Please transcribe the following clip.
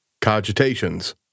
Cogitations